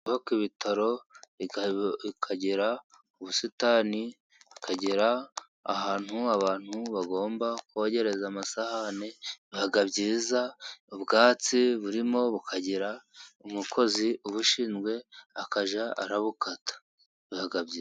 Kubaka ibitaro bikagera mu busitani, bikagira ahantu abantu bagomba kogereza amasahani, biba byiza, ubwatsi burimo bukagira umukozi ubushinzwe, akajya abukata. Biba byiza.